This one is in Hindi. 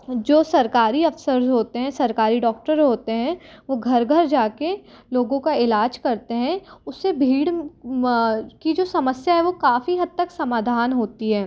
जो सरकारी अफसर होते हैं सरकारी डॉक्टर होते हैं वो घर घर जा कर लोगों का इलाज करते हैं उससे भीड़ की जो समस्या है वो काफ़ी हद तक समाधान होती है